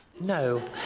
No